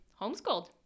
homeschooled